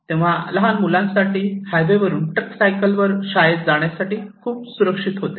तेव्हा लहान मुलांसाठी हायवे वरून ट्रिकसायकलवर शाळेत जाण्यासाठी खूप सुरक्षित होते